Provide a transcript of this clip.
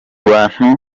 bantu